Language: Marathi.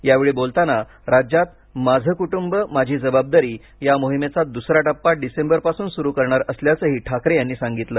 यावेळी बोलताना राज्यात माझे कुटुंब माझी जबाबदारी या मोहिमेचा दुसरा टप्पा डिसेंबरपासून सुरू करणार असल्याचेही ठाकरे यांनी सांगितले